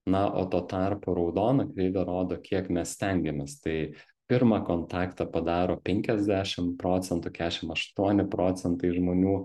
na o tuo tarpu raudona kreivė rodo kiek mes stengiamės tai pirmą kontaktą padaro penkiasdešim procentų kešim aštuoni procentai žmonių